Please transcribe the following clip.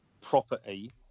property